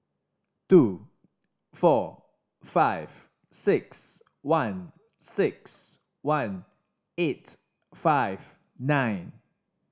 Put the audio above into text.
two four five six one six one eight five nine